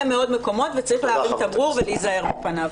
מאוד מקומות וצריך להרים תמרור ולהיזהר מפניו.